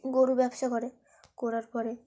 গরুর ব্যবসা করে করার পরে